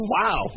Wow